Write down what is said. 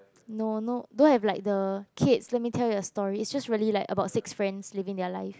no no don't have like the kids let me tell you the story is just really like about six friends living their life